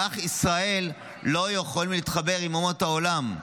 כך ישראל לא יכולים להתחבר עם אומות העולם,